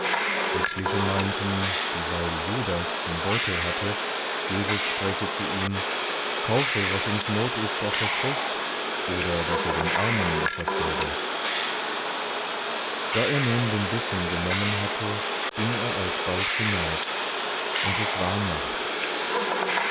etliche meinten dieweil judas den beutel hatte jesus spräche zu ihm kaufe was uns not ist auf das fest oder daß er den armen etwas gäbe da er nun den bissen genommen hatte ging er alsbald hinaus und es war nacht